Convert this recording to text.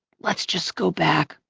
let's just go back.